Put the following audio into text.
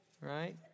right